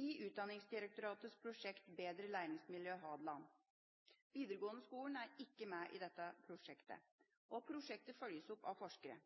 i Utdanningsdirektoratets prosjekt Bedre læringsmiljø på Hadeland. Den videregående skolen er ikke med i dette prosjektet. Prosjektet følges opp av forskere.